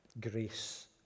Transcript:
Grace